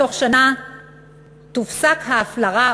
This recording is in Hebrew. בתוך שנה תופסק ההפלרה,